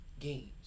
Games